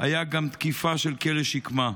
הייתה גם תקיפה של כלא שקמה.